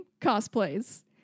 cosplays